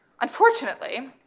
Unfortunately